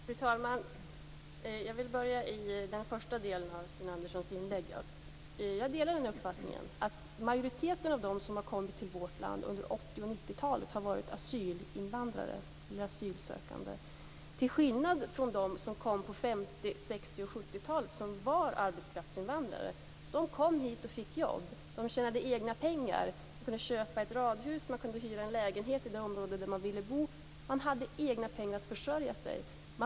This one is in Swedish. Fru talman! Jag vill börja med att kommentera den första delen av Sten Anderssons inlägg. Jag delar uppfattningen att majoriteten av dem som har kommit till vårt land under 80 och 90-talen har varit asylsökande till skillnad från dem som kom på 50-, 60 och 70-talen som var arbetskraftsinvandrare. De kom hit och fick jobb. De tjänade egna pengar och kunde köpa ett radhus, hyra en lägenhet i det område där de ville bo, och de hade egna pengar att försörja sig med.